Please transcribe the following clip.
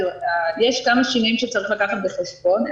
יש כמה שינויים שצריך לקחת בחשבון.